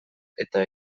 eta